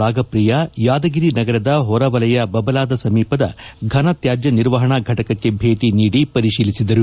ರಾಗಪ್ರಿಯ ಯಾದಗಿರಿ ನಗರದ ಹೊರ ವಲಯ ಬಬಲಾದ ಸಮೀಪದ ಘನ ತ್ಯಾಜ್ಯ ನಿರ್ವಹಣೆ ಘಟಕಕ್ಕೆ ಭೇಟಿ ನೀದಿ ಪರಿಶೀಲಿಸಿದರು